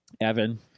Evan